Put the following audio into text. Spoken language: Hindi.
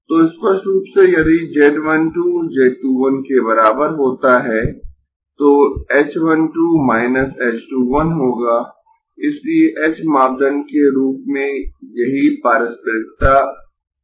तो स्पष्ट रूप से यदि z 1 2 z 2 1 के बराबर होता है तो h 1 2 h 2 1 होगा इसलिए h मापदंड के रूप में यही पारस्परिकता की कंडीशन है